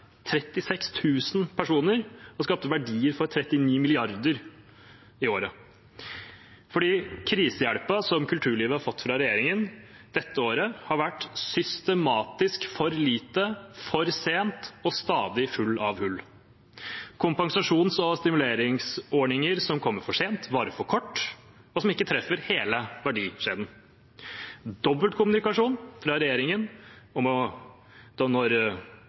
personer og skapte verdier for 39 mrd. kr i året. Krisehjelpen som kulturlivet har fått fra regjeringen dette året, har vært systematisk for lite, for sent og stadig full av hull: kompensasjons- og stimuleringsordninger som kommer for sent, som varer for kort, og som ikke treffer hele verdikjeden, dobbeltkommunikasjon fra regjeringen,